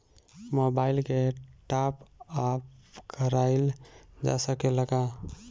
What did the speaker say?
Mobile के टाप आप कराइल जा सकेला का?